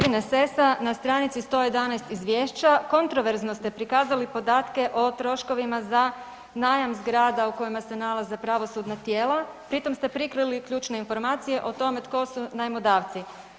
Uvaženi g. Sessa, na stranici 111 izvješća kontroverzno ste prikazali podatke o troškovima za najam zgrada u kojima se nalaze pravosudna tijela, pri tom ste prikrili ključne informacije o tome tko su najmodavci.